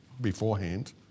beforehand